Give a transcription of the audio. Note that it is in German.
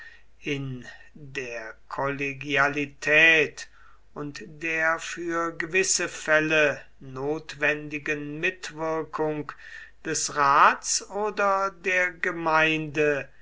in der kollegialität und der für gewisse fälle notwendigen mitwirkung des rats oder der gemeinde